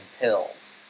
pills